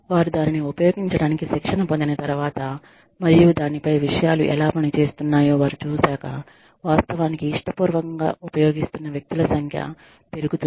కానీ వారు దానిని ఉపయోగించటానికి శిక్షణ పొందిన తరువాత మరియు దానిపై విషయాలు ఎలా పని చేస్తున్నాయో వారు చూశాక వాస్తవానికి ఇష్టపూర్వకంగా ఉపయోగిస్తున్న వ్యక్తుల సంఖ్య పెరుగుతుంది